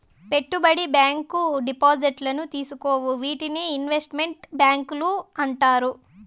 పెట్టుబడి బ్యాంకు డిపాజిట్లను తీసుకోవు వీటినే ఇన్వెస్ట్ మెంట్ బ్యాంకులు అంటారు